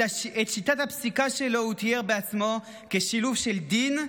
את שיטת הפסיקה שלו הוא תיאר בעצמו כשילוב של דין,